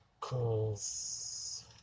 Cause